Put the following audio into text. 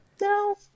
no